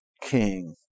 king